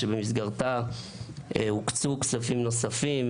במסגרתו הוקצו כספים נוספים.